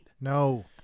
No